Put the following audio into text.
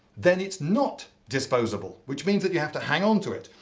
then it's not disposable. which means that you have to hang on to it.